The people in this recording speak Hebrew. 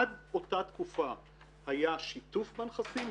עד אותה תקופה היה שיתוף בנכסים,